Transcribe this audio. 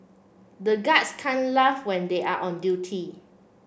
the guards can't laugh when they are on duty